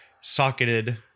socketed